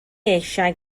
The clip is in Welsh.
eisiau